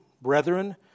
brethren